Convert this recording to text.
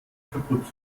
kaputt